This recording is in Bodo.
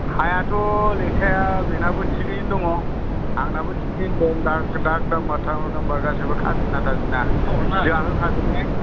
हायाथ' लेखाया बेनाबो थिगैनो दङ आंनाबो थिगैनो दङ दा दाग नाम्बार थाक नाम्बार खाजिना थाजिना जोंहा होखाजोबनाय